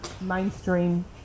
mainstream